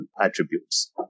attributes